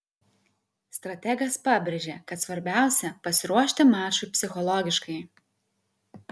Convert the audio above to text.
strategas pabrėžė kad svarbiausia pasiruošti mačui psichologiškai